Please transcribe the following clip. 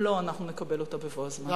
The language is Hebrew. אם לא, אנחנו נקבל אותה בבוא הזמן.